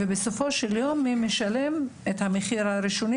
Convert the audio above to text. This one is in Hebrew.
ובסופו של יום, מי משלם את המחיר הראשוני?